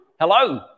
hello